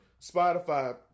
Spotify